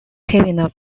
keweenaw